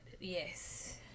Yes